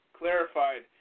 clarified